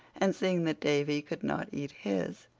and, seeing that davy could not eat his,